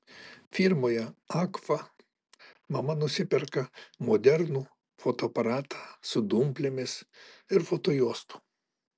firmoje agfa mama nusiperka modernų fotoaparatą su dumplėmis ir fotojuostų